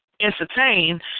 entertain